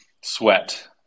Sweat